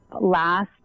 last